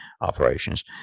operations